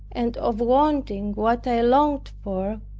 and of wanting what i longed for,